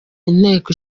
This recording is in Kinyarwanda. inteko